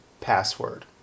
password